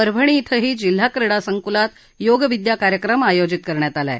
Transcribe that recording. परभणी शिंही जिल्हा क्रीडा संकूलात योग विद्या कार्यक्रम आयोजित करण्यात आला आहे